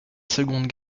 seconde